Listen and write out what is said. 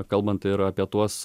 kalbant ir apie tuos